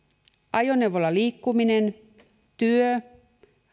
ajoneuvolla liikkuminen työ